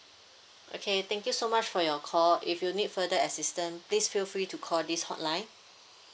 okay thank you so much for your call if you need further assistance please feel free to call this hotline